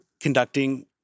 conducting